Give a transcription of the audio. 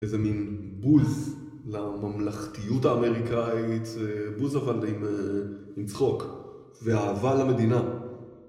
איזה מין בוז לממלכתיות האמריקאית, בוז אבל עם צחוק. ואהבה למדינה.